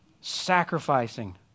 Sacrificing